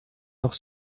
noch